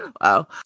Wow